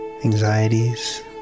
anxieties